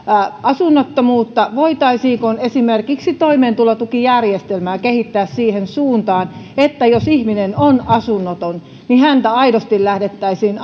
asunnottomuutta voitaisiinko esimerkiksi toimeentulotukijärjestelmää kehittää siihen suuntaan että jos ihminen on asunnoton häntä aidosti lähdettäisiin